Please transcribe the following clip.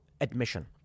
admission